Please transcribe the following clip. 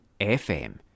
FM